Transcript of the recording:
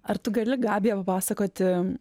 ar tu gali gabija papasakoti